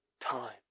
time